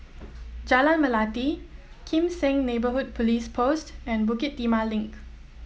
Jalan Melati Kim Seng Neighbourhood Police Post and Bukit Timah Link